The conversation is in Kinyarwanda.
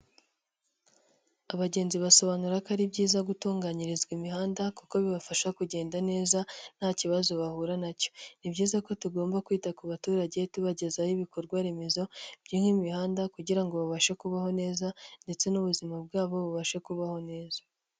Abagenzi basobanura ko ari byiza gutunganyirizwa imihanda, kuko bibafasha kugenda neza nta kibazo bahura nacyo. Ni byiza ko tugomba kwita ku baturage, tubagezaho ibikorwa remezo nk'imihanda, kugira ngo babashe kubaho neza ndetse n'ubuzima bwabo bubashe kubaho neza.